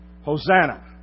Hosanna